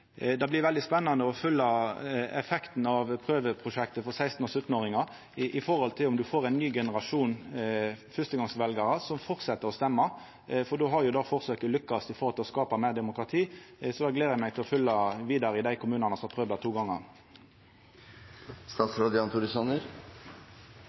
blir veldig spennande å følgja effekten av prøveprosjektet for 16-åringar og 17-åringar for å sjå om me får ein ny generasjon førstegongsveljarar som fortset å stemma, for då har forsøket lukkast i å skapa meir demokrati. Eg gler meg til å følgja dette vidare i dei kommunane som har prøvd det to